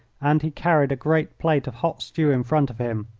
and he carried a great plate of hot stew in front of him.